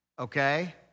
Okay